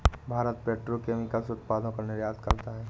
Bharat petrochemicals उत्पादों का निर्यात करता है